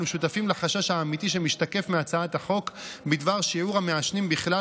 אנו שותפים לחשש האמיתי שמשקף מהצעת החוק בדבר שיעור המעשנים בכלל,